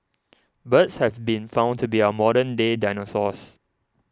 birds have been found to be our modern day dinosaurs